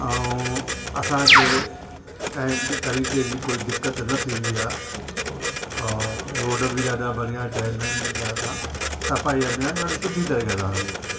ऐं असांखे कंहिं तरीक़े जी कोई दिक़त न थींदी ख़े और रोड बि ॾाढा बढ़िया ठहियल आहिनि मुंहिंजे हिसाब सां सफ़ाई अभियान ॾाढो सुठी तरीक़े सां हले पियो